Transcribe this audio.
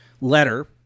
letter